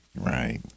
Right